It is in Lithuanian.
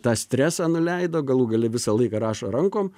tą stresą nuleido galų gale visą laiką rašo rankom